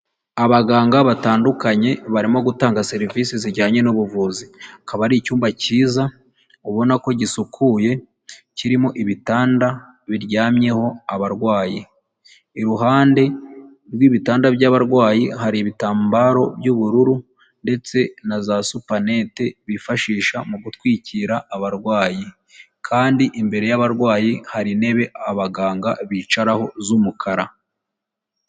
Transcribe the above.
Abaganga batandukanye, barimo gutanga serivisi zijyanye n'ubuvuzi, akaba ari icyumba cyiza ubona ko gisukuye, kirimo ibitanda biryamyeho abarwayi, iruhande rw'ibitanda by'abarwayi hari ibitambaro by'ubururu ndetse na za supanete bifashisha mu gutwikira abarwayi, kandi imbere y'abarwayi hari intebe abaganga bicaraho z'umukara.